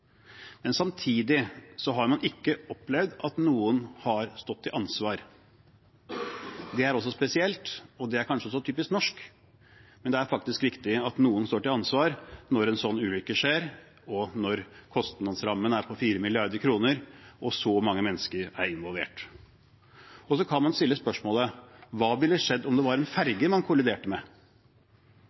Men samtidig har man ikke opplevd at noen har stått ansvarlig. Det er også spesielt, og det er kanskje typisk norsk. Det er faktisk viktig at noen står ansvarlig når en sånn ulykke skjer, og når kostnadsrammen er på 4 mrd. kr og så mange mennesker er involvert. Så kan man stille spørsmålet: Hva ville skjedd om det var en ferge man kolliderte med?